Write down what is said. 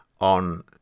on